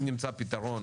אם נמצא פתרון,